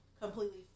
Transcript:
completely